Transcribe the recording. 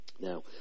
Now